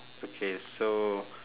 okay so